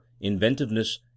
inventiveness